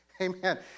Amen